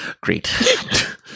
Great